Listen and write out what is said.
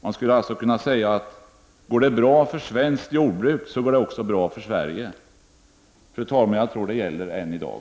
Man skulle alltså kunna säga att går det bra för svenskt jordbruk, går det också bra för Sverige. Fru talman! Jag tror att det gäller än i dag.